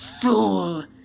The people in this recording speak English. fool